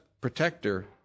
protector